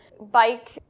bike